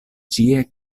ĉie